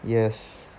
yes